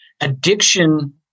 Addiction